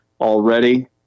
already